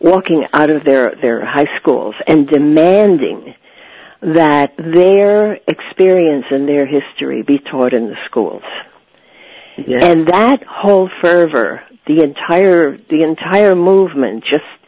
walking out of their their high schools and demanding that their experience and their history be taught in the schools yes and that whole fervor the entire the entire movement